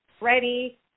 ready